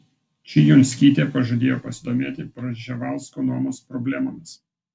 čijunskytė pažadėjo pasidomėti prževalsko nuomos problemomis